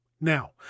now